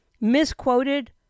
misquoted